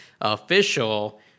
official